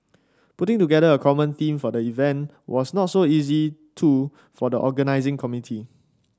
putting together a common theme for the event was not so easy too for the organising committee